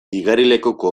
igerilekuko